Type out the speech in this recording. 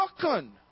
broken